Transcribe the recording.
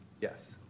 Yes